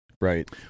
right